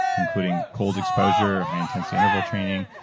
including cold exposure, high intensity interval training,